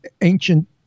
ancient